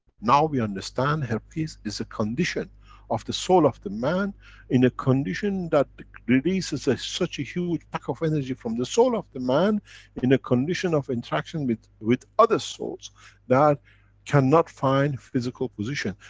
now we understand herpes is a condition of the soul of the man in a condition that releases such a huge pack of energy from the soul of the man in a condition of interaction with with other souls that cannot find physical position.